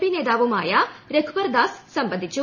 P നേതാവുമായ രഘുബർ ദാസ് സംബന്ധിച്ചു